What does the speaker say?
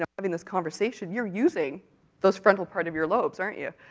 ah having this conversation, you're using those frontal parts of your lobes, aren't you?